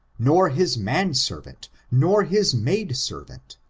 nor his man servant, nor his maid servant,